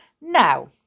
Now